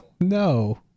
No